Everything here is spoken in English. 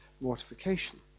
mortification